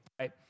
right